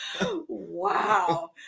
Wow